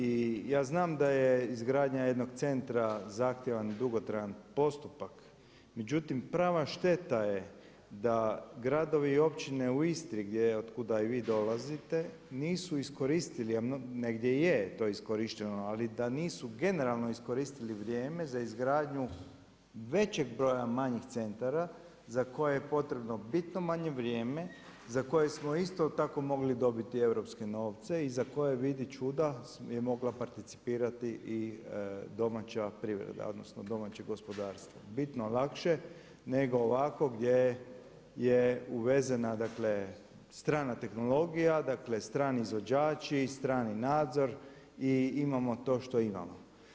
I ja znam da je izgradnja jednog centra zahtjevan i dugotrajan postupak međutim prava šteta je da gradovi i općine u Istri od kuda i vi dolazite, nisu iskoristili, negdje je to iskorišteno, ali da nisu generalno iskoristili vrijeme za izgradnju većeg broja manjih centara za koje je potrebno bitno manje vrijeme, za koje smo isto tako mogli dobiti europske novce i za koje vidi čuda, je mogla participirati i domaća privredna odnosno domaće gospodarstvo bitno lakše nego ovako gdje je uvezena dakle, strana tehnologija, dakle strani izvođači, strani nadzor i imamo to što imamo.